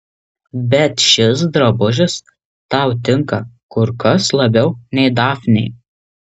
bet šis drabužis tau tinka kur kas labiau nei dafnei